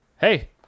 Hey